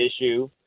issue